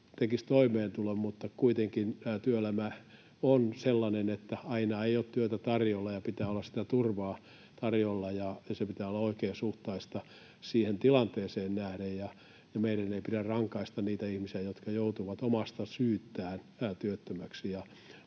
mutta kuitenkin työelämä on sellainen, että aina ei ole työtä tarjolla ja pitää olla sitä turvaa tarjolla ja sen pitää olla oikeasuhtaista siihen tilanteeseen nähden. Meidän ei pidä rangaista niitä ihmisiä, jotka joutuvat ilman omaa syytään työttömäksi,